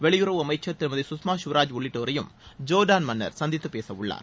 வெளியுறவுத்துறை அமைச்சர் திருமதி சுஷ்மா சுவராஜ் உள்ளிட்டோரையும் ஜோர்டான் மன்னர் சந்தித்து பேசவுள்ளார்